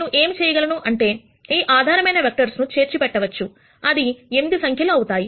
నేను ఏమి చేయగలను అంటే ఈ ఆధారమైన వెక్టర్స్ ను చేర్చి పెట్టవచ్చు అది 8 సంఖ్య లు అవుతాయి